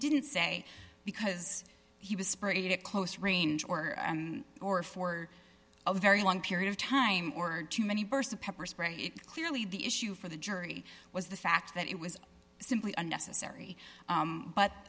didn't say because he was sprayed it close range or and or for a very long period of time were too many bursts of pepper spray it clearly the issue for the jury was the fact that it was simply unnecessary